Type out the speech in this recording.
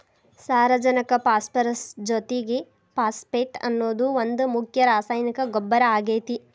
ಸಾರಜನಕ ಪಾಸ್ಪರಸ್ ಜೊತಿಗೆ ಫಾಸ್ಫೇಟ್ ಅನ್ನೋದು ಒಂದ್ ಮುಖ್ಯ ರಾಸಾಯನಿಕ ಗೊಬ್ಬರ ಆಗೇತಿ